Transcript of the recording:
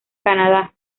canadá